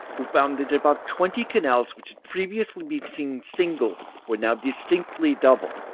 who found that about twenty canals which had previously been seen single were now distinctly double,